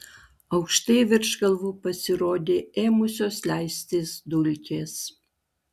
aukštai virš galvų pasirodė ėmusios leistis dulkės